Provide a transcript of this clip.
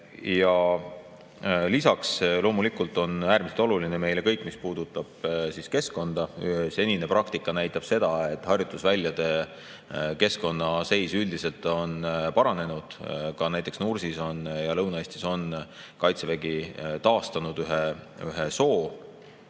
Lisaks, loomulikult on äärmiselt oluline kõik, mis puudutab keskkonda. Senine praktika näitab seda, et harjutusväljade keskkonna seis üldiselt on paranenud. Näiteks Nursis ja Lõuna-Eestis on Kaitsevägi taastanud ühe soo.